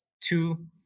two